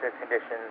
conditions